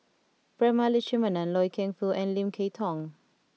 Prema Letchumanan Loy Keng Foo and Lim Kay Tong